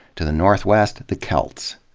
to the northwest, the celts.